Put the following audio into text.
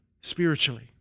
spiritually